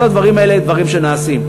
כל הדברים האלה אלה דברים שנעשים,